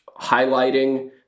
highlighting